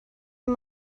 amb